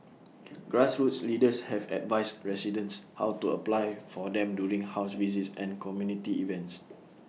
grassroots leaders have advised residents how to apply for them during house visits and community events